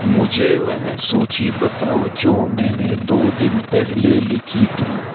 मुझे वह सूची बताओ जो मैंने दो दिन पहले लिखी थी